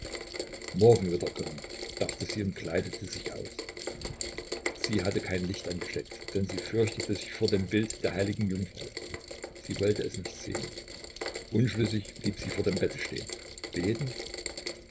morgen wird er kommen dachte sie und kleidete sich aus sie hatte kein licht angesteckt denn sie fürchtete sich vor dem bilde der heiligen jungfrau sie wollte es nicht sehen unschlüssig blieb sie vor dem bette stehen beten